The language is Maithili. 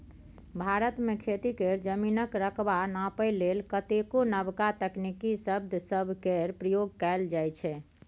भारत मे खेती केर जमीनक रकबा नापइ लेल कतेको नबका तकनीकी शब्द सब केर प्रयोग कएल जाइ छै